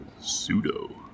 Pseudo